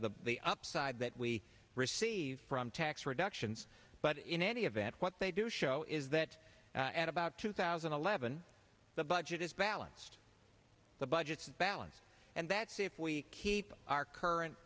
the the upside that we receive from tax reductions but in any event what they do show is that at about two thousand and eleven the budget is balanced the budget balance and that's if we keep our current